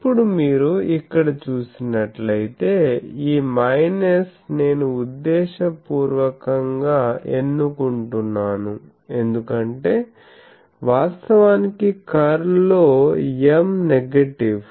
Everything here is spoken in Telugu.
ఇప్పుడు మీరు ఇక్కడ చూసినట్లయితే ఈ మైనస్ నేను ఉద్దేశపూర్వకం గా ఎన్నుకుంటున్నాను ఎందుకంటే వాస్తవానికి కర్ల్లో M నెగిటివ్